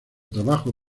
trabajo